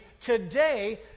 today